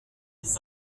les